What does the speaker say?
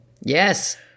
Yes